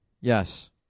Yes